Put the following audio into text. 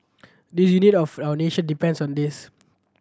the unity of our nation depends on this